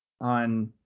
on